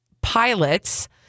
pilots